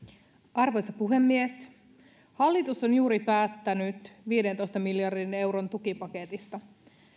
arvoisa puhemies hallitus on juuri päättänyt viidentoista miljardin euron tukipaketista